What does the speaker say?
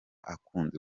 akunze